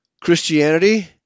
Christianity